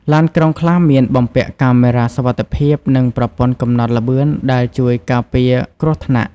ឡានក្រុងខ្លះមានបំពាក់កាមេរ៉ាសុវត្ថិភាពនិងប្រព័ន្ធកំណត់ល្បឿនដែលជួយការពារគ្រោះថ្នាក់។